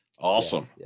awesome